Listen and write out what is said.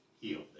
healed